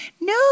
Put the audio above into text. no